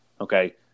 Okay